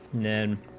then